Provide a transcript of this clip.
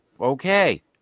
Okay